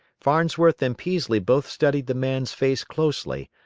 farnsworth and peaslee both studied the man's face closely,